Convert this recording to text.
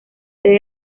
sede